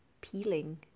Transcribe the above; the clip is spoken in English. peeling